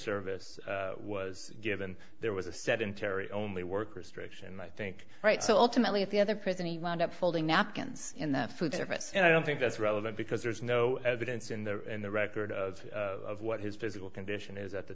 service was given there was a sedentary only work restriction i think right so ultimately if the other prison he wound up folding napkins in the food service and i don't think that's relevant because there's no evidence in the in the record of what his physical condition is at the